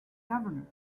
governor